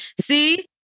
See